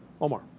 Omar